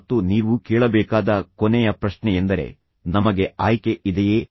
ಮತ್ತು ನೀವು ಕೇಳಬೇಕಾದ ಕೊನೆಯ ಪ್ರಶ್ನೆಯೆಂದರೆ ನಮಗೆ ಆಯ್ಕೆ ಇದೆಯೇ